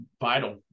vital